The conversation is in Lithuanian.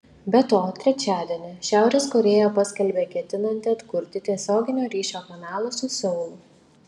be to trečiadienį šiaurės korėja paskelbė ketinanti atkurti tiesioginio ryšio kanalą su seulu